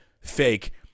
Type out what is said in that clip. fake